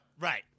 Right